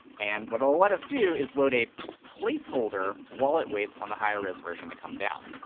and what it will let us do is load a placeholder while it waits on the higher res version to come down.